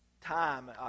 time